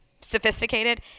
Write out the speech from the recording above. sophisticated